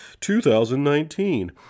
2019